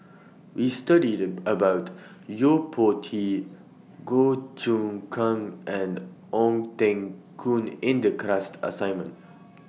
We studied about Yo Po Tee Goh Choon Kang and Ong Teng Koon in The class assignment